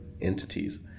entities